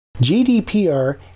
GDPR